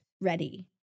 ready